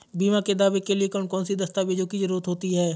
बीमा के दावे के लिए कौन कौन सी दस्तावेजों की जरूरत होती है?